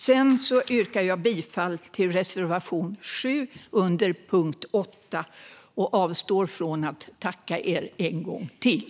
Jag yrkar bifall till reservation 7 under punkt 8 och avstår från att tacka er en gång till.